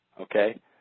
okay